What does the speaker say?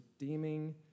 redeeming